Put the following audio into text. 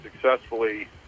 successfully